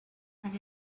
and